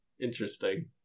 Interesting